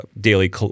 daily